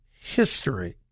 history